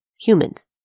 humans